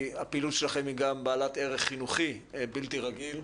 כי הפעילות שלכם היא גם בעלת ערך חינוכי בלתי רגיל,